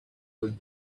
would